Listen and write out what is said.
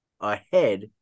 ahead